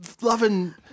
loving